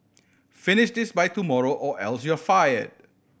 finish this by tomorrow or else you'll fired